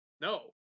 No